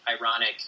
ironic